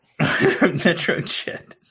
Metrojet